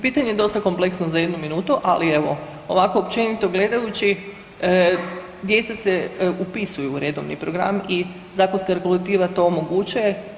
Pitanje je dosta kompleksno za jednu minutu, ali evo ovako općenito gledajući djeca se upisuju u redovni program i zakonska regulativa to omogućuje.